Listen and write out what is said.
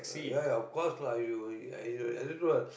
ya ya of course lah you you have to